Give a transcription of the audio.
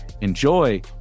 Enjoy